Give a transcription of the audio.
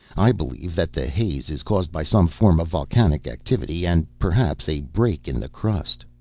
i believe that the haze is caused by some form of volcanic activity, and perhaps a break in the crust.